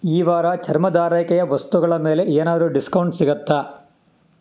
ಈ ವಾರ ಚರ್ಮದಾರೈಕೆಯ ವಸ್ತುಗಳ ಮೇಲೆ ಏನಾದರೂ ಡಿಸ್ಕೌಂಟ್ ಸಿಗುತ್ತಾ